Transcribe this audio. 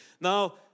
now